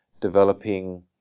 developing